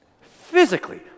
physically